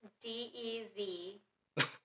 D-E-Z